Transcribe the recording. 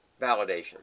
validation